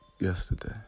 yesterday